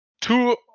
Two